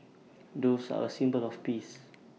doves are A symbol of peace